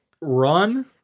run